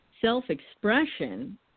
self-expression